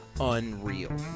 Unreal